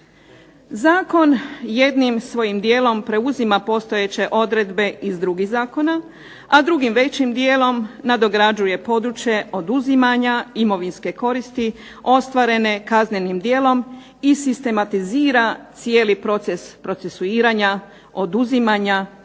Zakon jednim svojim dijelom preuzima postojeće odredbe iz drugih zakona, a drugim većim dijelom nadograđuje područje oduzimanja imovinske koristi ostvarene kaznenim djelom i sistematizira cijeli proces procesuiranja, oduzimanja i